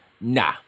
Nah